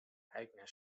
eigener